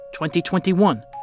2021